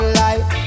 life